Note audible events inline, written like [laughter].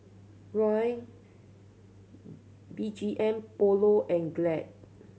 Raoul [noise] B G M Polo and Glad